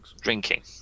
Drinking